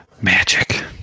Magic